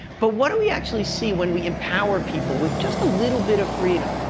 but what do we actually see when we empower people with just a little bit of freedom?